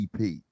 EP